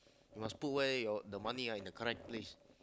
you must put where your the money ah in the correct place